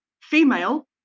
female